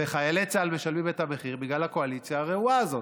וחיילי צה"ל משלמים את המחיר בגלל הקואליציה הרעועה הזאת.